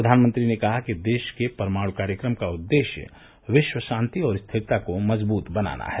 प्रधानमंत्री ने कहा कि देश के परमाणु कार्यक्रम का उदेश्य विश्व शांति और स्थिरता को मजदूत बनाना है